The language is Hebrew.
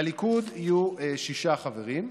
לליכוד יהיו שישה חברים,